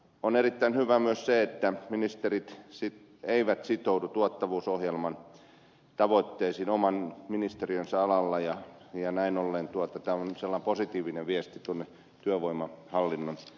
on erittäin hyvä myös se että ministerit eivät sitoudu tuottavuusohjelman tavoitteisiin oman ministeriönsä alalla ja näin ollen tämä on sellainen positiivinen viesti suomen työvoima on hallinnut